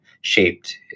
shaped